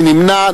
מי נמנע?